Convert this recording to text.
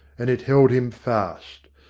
and it held him fast.